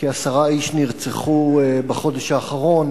כעשרה איש נרצחו בחודש האחרון,